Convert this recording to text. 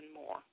more